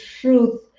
truth